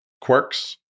quirks